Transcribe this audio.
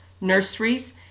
nurseries